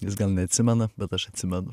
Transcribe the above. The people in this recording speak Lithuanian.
jis gal neatsimena bet aš atsimenu